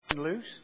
Loose